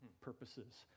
purposes